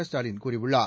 ஸ்டாலின் கூறியுள்ளார்